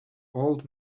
old